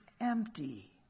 empty